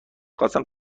خواستم